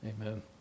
Amen